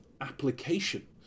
application